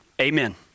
Amen